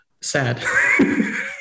Sad